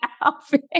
outfit